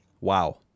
Wow